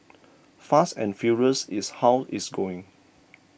fast and furious is how it's going